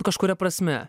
kažkuria prasme